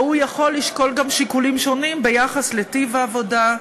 והוא יכול לשקול גם שיקולים שונים ביחס לטיב העבודה,